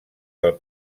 del